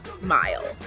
mile